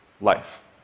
life